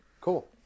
Cool